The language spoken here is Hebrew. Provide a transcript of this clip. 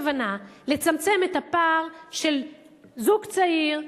ואין לנו שום כוונה לצמצם את הפער של זוג צעיר,